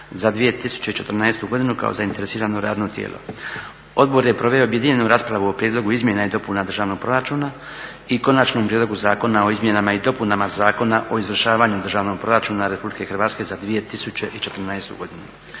za 2014.godinu kao zainteresirano radno tijelo. Odbor je proveo objedinjenju raspravu o Prijedlogu izmjena i dopuna Državnog proračuna i Konačnom prijedlogu Zakona o izmjenama i dopunama zakona o izvršavanju Državnog proračuna RH za 2014.godinu.